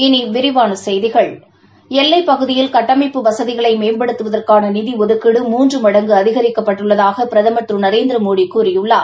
இனி விரிவான செய்திகள் எல்லைப் பகுதியில் கட்டமைப்பு வசதிகளை மேம்படுத்துவதற்கான நிதி ஒதுக்கீடு மூன்று மடங்கு அதிகரிக்கப்பட்டுள்ளதாக பிரதமர் திரு நரேந்திரமோடி கூறியுள்ளார்